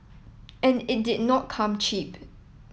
and it did not come cheap